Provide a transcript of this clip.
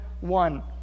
one